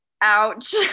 ouch